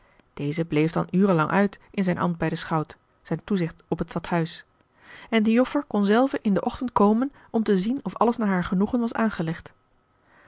deze bleef dan urenlang uit in zijn ambt bij den schout in zijn toezicht op het stadhuis en de joffer kon zelve in den ochtend komen om te zien of alles naar haar genoegen was aangelegd